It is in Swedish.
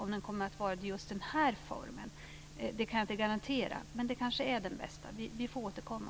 Att den kommer att vara det i just den här formen kan jag inte garantera, men den kanske är den bästa. Vi får återkomma.